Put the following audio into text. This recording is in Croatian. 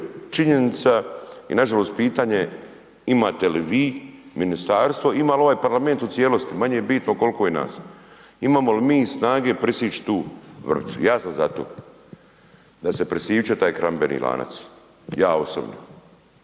činjenica i nažalost pitanje imate li vi ministarstvo, ima li ovaj Parlament u cijelosti, manje bitno koliko je nas, imamo li mi snage presjeći tu vrpcu. Ja sam za to da se presječe taj hranidbeni lanac. Ja osobno.